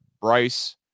Bryce